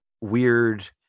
weird